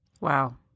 Wow